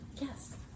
Yes